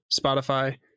Spotify